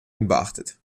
unbeachtet